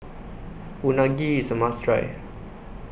Unagi IS A must Try